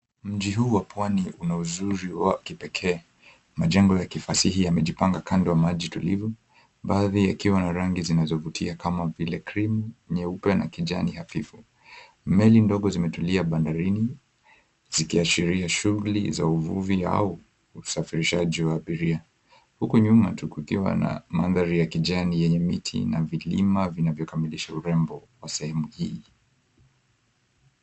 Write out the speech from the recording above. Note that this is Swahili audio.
Mji huu wa pwani una uzuri wa kipekee. Majengo ya kifasihi yamejipanga kando ya maji tulivu. Baadhi yakiwa na rangi zinazovutia kama vile cream , nyeupe na kijani hafifu. Meli ndogo zimetulia bandarini, zikiashiria shughuli za uvuvi au usafirishaji wa abiria. Huku nyuma, kukiwa na mandhari ya kijani yenye miti na vilima vinavyokamilisha urembo wa sehemu hii.